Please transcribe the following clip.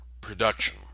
Production